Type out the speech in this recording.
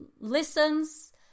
listens